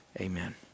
Amen